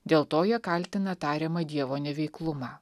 dėl to jie kaltina tariamą dievo neveiklumą